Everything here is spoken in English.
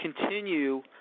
continue